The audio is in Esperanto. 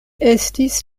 estis